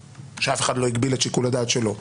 שאף אחד לא הגביל את שיקול הדעת שלו,